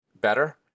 better